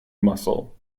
muscle